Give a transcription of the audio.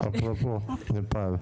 נכון.